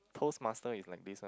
toast master is like this one